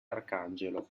arcangelo